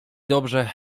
dobrze